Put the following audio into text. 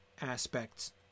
aspects